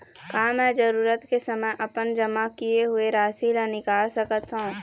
का मैं जरूरत के समय अपन जमा किए हुए राशि ला निकाल सकत हव?